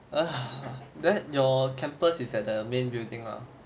then your campus is at the main building ah